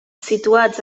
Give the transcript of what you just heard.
situats